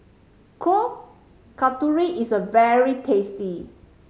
Kuih Kasturi is a very tasty